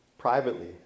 privately